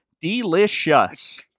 delicious